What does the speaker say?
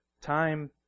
time